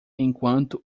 enquanto